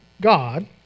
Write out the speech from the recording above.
God